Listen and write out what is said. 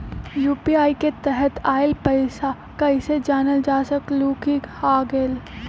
UPI के तहत आइल पैसा कईसे जानल जा सकहु की आ गेल?